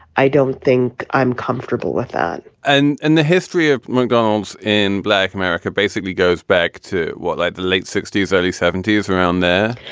i don't think i'm comfortable with that and in the history of mungo's in black america basically goes back to what, like the late sixty s, early seventy s around there?